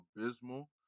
Abysmal